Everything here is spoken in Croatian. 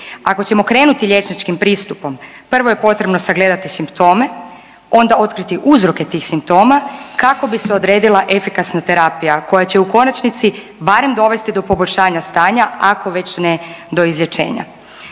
Ako ćemo krenuti liječničkim pristupom prvo je potrebno sagledati simptome, onda otkriti uzroke tih simptoma kako bi se odredila efikasna terapija koja će u konačnici barem dovesti do poboljšanja stanja ako već ne do izlječenja.